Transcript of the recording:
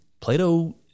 Plato